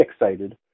excited